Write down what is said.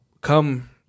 come